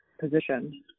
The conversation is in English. position